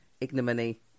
ignominy